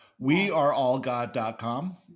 Weareallgod.com